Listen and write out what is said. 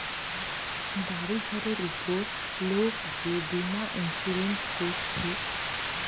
বাড়ি ঘরের উপর লোক যে বীমা ইন্সুরেন্স কোরছে